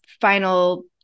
final